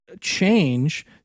change